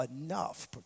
enough